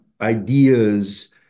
ideas